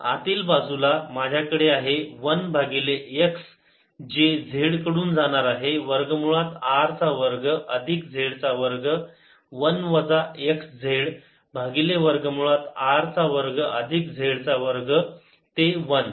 आतील बाजूला माझ्याकडे आहे 1 भागिले x जे z कडून जाणार आहे वर्ग मुळात R चा वर्ग अधिक z चा वर्ग 1 वजा x z भागिले वर्ग मुळात R चा वर्ग अधिक z चा वर्ग ते 1